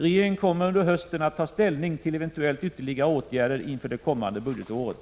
Regeringen kommer under hösten att ta ställning till eventuellt ytterligare åtgärder inför det kommande budgetåret.